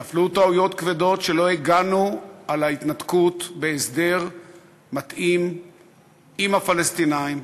נפלו טעויות כבדות: שלא הגנו על ההתנתקות בהסדר מתאים עם הפלסטינים,